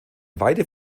weite